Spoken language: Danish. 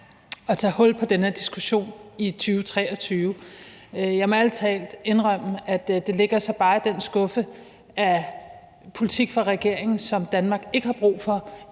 at tage hul på den her diskussion i 2023. Jeg må ærlig talt indrømme, at det så bare ligger i den skuffe med politik fra regeringen, som Danmark ikke har brug for,